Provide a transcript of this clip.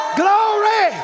glory